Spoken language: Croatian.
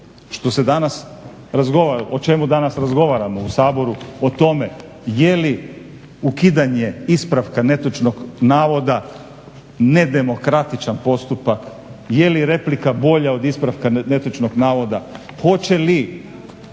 o čemu danas razgovaramo u Saboru, o tome je li ukidanje ispravka netočnog navoda nedemokratičan postupak, je li replika bolja od ispravka netočnog navoda,